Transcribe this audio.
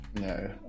No